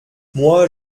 moi